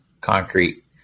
concrete